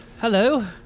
Hello